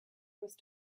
must